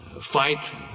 fight